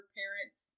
parents